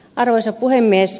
arvoisa puhemies